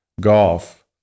golf